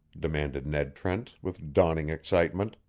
demanded ned trent, with dawning excitement.